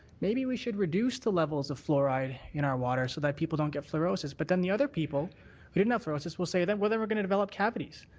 maybe we should reduce the levels of fluoride in our water so people don't get fluorosis. but then the other people who didn't have fluorosis will say then we're then we're going to develop cavities.